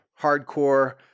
hardcore